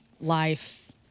life